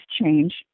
change